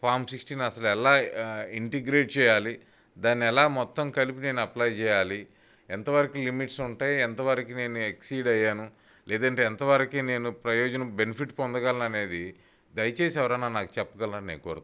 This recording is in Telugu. ఫామ్ సిక్స్టీన్ అసలు ఎలా ఇంటిగ్రేట్ చేయాలి దాన్ని ఎలా మొత్తం కలిపి నేను అప్లై చేయాలి ఎంత వరకు లిమిట్స్ ఉంటాయి ఎంత వరకి నేను ఎక్సిడ్ అయ్యాను లేదంటే ఎంత వరకు నేను ప్రయోజనం బెనిఫిట్ పొందగలను అనేది దయచేసి ఎవరన్నా నాకు చెప్పగలరని నేను కోరుతున్నాను